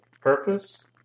purpose